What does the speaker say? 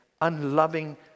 unloving